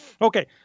Okay